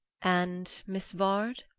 and miss vard?